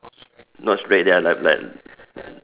not straight ya like like